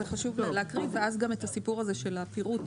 חשוב להקריא ואז גם את הסיפור של הפרוט.